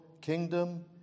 kingdom